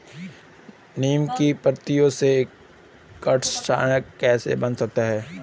नीम की पत्तियों से कीटनाशक कैसे बना सकते हैं?